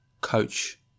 coach